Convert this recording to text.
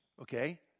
okay